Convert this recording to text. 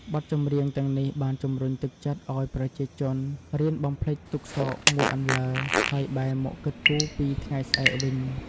បទចម្រៀងទាំងនេះបានជំរុញទឹកចិត្តឲ្យប្រជាជនរៀនបំភ្លេចទុក្ខសោកមួយអន្លើ ហើយបែរមកគិតគូរពី ថ្ងៃស្អែក វិញ។